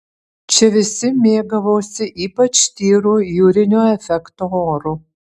čia visi mėgavosi ypač tyru jūrinio efekto oru